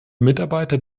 mitarbeiter